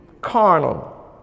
Carnal